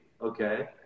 okay